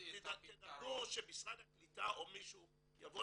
תדאגו שמשרד הקליטה או מישהו יבוא